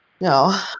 No